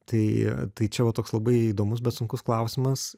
tai tai čia va toks labai įdomus bet sunkus klausimas